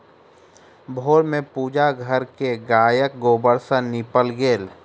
भोर में पूजा घर के गायक गोबर सॅ नीपल गेल